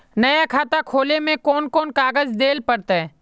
नया खाता खोले में कौन कौन कागज देल पड़ते?